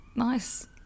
Nice